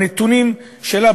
עם הנתונים שלה,